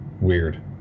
Weird